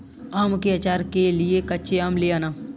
आम के आचार के लिए कच्चे आम ले आना